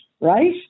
right